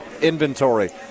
inventory